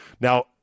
Now